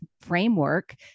framework